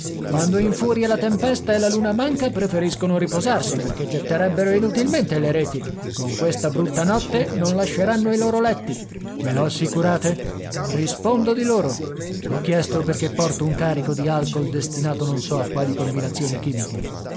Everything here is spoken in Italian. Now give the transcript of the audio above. prima quando infuria la tempesta e la luna manca preferiscono riposarsi perché getterebbero inutilmente le reti con questa brutta notte non lasceranno i loro letti me lo assicurate rispondo di loro l'ho chiesto perché porto un carico di alcool destinato non so a quali combinazioni chimiche